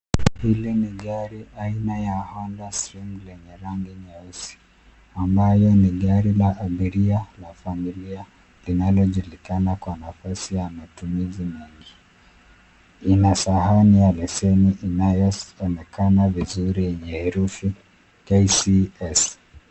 Hili ni gari aina ya Honda Stream lenye rangi nyeusi, ambayo ni gari la abiria, la familia, linalojulikana kwa nafasi ya matumizi mengi. Ina sahani ya leseni inayoonekana vizuri lenye herufi KCS.